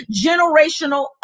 generational